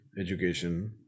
education